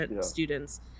students